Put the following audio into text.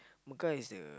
Mecca is the